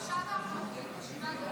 רע"מ וחד"ש-תע"ל להביע אי-אמון בממשלה לא